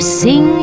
sing